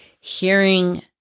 hearing